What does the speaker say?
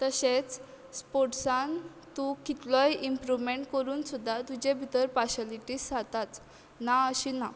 तशेंच स्पोर्ट्सान तूं कितलोय इम्प्रुवमॅण्ट कोरून सुद्दां तुजे भितर पार्शलिटीस जाताच ना अशी ना